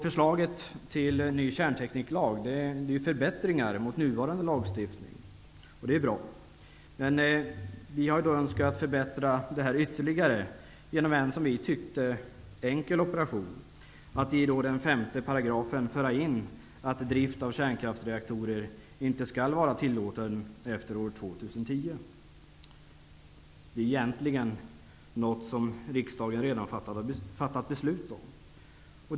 Förslaget till ny kärntekniklag innebär förbättringar jämfört med nuvarande lagstiftning, och det är bra. Men vi önskade en ytterligare förbättring genom en - som vi ansåg - enkel operation, nämligen genom att i 5 § införa att drift av kärnkraftsreaktorer inte skall vara tillåten efter år 2010, något som riksdagen egentligen redan har fattat beslut om.